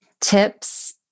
tips